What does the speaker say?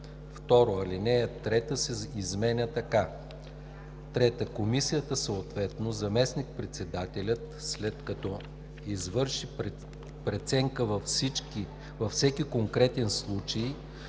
2. Алинея 3 се изменя така: „(3) Комисията, съответно заместник-председателят, след като извърши преценка във всеки конкретен случай